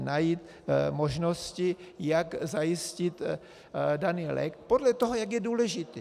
najít možnosti, jak zajistit daný lék podle toho, jak je důležitý.